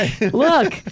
Look